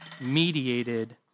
mediated